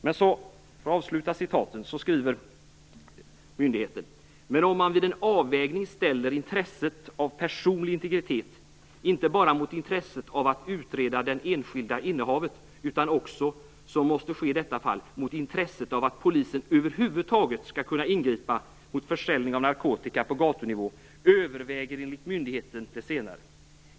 Myndigheten skriver vidare: "Men om man vid en avvägning ställer intresset av personlig integritet inte bara mot intresset av att utreda det enskilda innehavet utan också, som måste ske i detta fall, mot intresset av att polisen över huvud taget skall kunna ingripa mot försäljning av narkotika på gatunivå, överväger enligt myndigheten det senare.